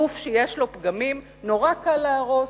גוף שיש לו פגמים, נורא קל להרוס.